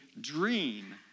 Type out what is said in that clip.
dream